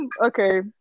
okay